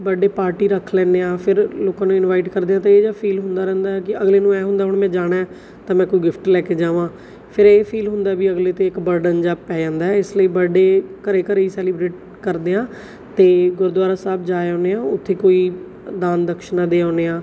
birthday party ਰੱਖ ਲੈਂਦੇ ਹਾਂ ਫਿਰ ਲੋਕਾਂ ਨੂੰ ਇਨਵਾਈਟ ਕਰਦੇ ਹਾਂ ਤਾਂ ਇਹੋ ਜਿਹਾ ਫੀਲ ਹੁੰਦਾ ਰਹਿੰਦਾ ਕਿ ਅਗਲੇ ਨੂੰ ਐਂ ਹੁੰਦਾ ਹੁਣ ਮੈਂ ਜਾਣਾ ਤਾਂ ਮੈਂ ਕੋਈ ਗਿਫਟ ਲੈ ਕੇ ਜਾਵਾਂ ਫਿਰ ਇਹ ਫੀਲ ਹੁੰਦਾ ਵੀ ਅਗਲੇ 'ਤੇ ਇੱਕ ਬਰਡਨ ਜਿਹਾ ਪੈ ਜਾਂਦਾ ਇਸ ਲਈ ਬਰਥਡੇ ਘਰੇ ਘਰੇ ਸੈਲੀਬਰੇਟ ਕਰਦੇ ਹਾਂ ਅਤੇ ਗੁਰਦੁਆਰਾ ਸਾਹਿਬ ਜਾ ਆਉਂਦੇ ਹਾਂ ਉੱਥੇ ਕੋਈ ਦਾਨ ਦਕਸ਼ਣਾ ਦੇ ਆਉਂਦੇ ਹਾਂ